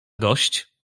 gość